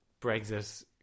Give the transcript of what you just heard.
brexit